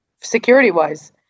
security-wise